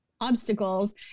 obstacles